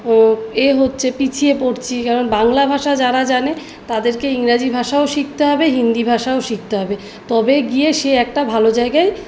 ও এ হচ্ছে পিছিয়ে পড়ছি কারণ বাংলা ভাষা যারা জানে তাদেরকে ইংরাজি ভাষাও শিখতে হবে হিন্দি ভাষাও শিখতে হবে তবে গিয়ে সে একটা ভালো জায়গায়